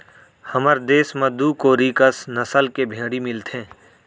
हमर देस म दू कोरी कस नसल के भेड़ी मिलथें